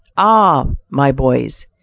ah! my boys,